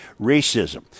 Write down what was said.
racism